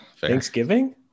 Thanksgiving